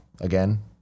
Again